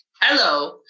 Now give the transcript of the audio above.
hello